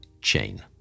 chain